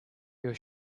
you